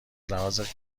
لحاظ